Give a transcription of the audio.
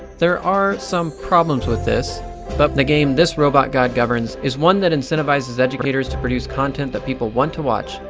there are some problems with this, but in the game this robot god governs, is one that incentivizes educators to produce content that people want to watch,